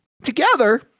Together